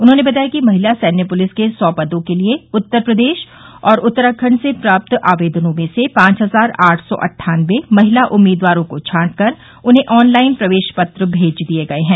उन्होंने बताया कि महिला सैन्य पुलिस के सौ पदों के लिए उत्तर प्रदेश और उत्तराखंड से प्राप्त आवेदनों में से पांच हजार आठ सौ अट्ठान्नबे महिला उम्मीदवारों को छांट कर उन्हें ऑनलाइन प्रवेश पत्र मेज दिया गये हैं